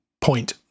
point